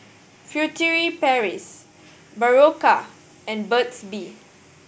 Furtere Paris Berocca and Burt's Bee